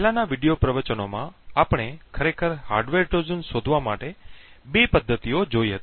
પહેલાનાં વિડિઓ પ્રવચનોમાં આપણે ખરેખર હાર્ડવેર ટ્રોજન શોધવા માટે બે પદ્ધતિઓ જોઈ હતી